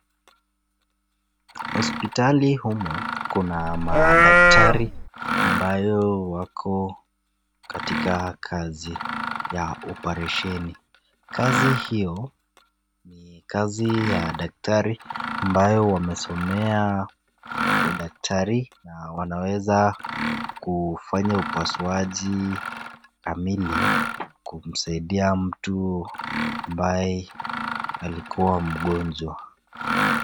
Hospitali humu kuna madaktari ambao wako katika kazi ya operesheni . Kazi hio ni kazi ya daktari ambao wamesomea udaktari na wanaweza kufanya upasuaji kamili kumsaidia mtu ambaye alikuwa mgonjwa.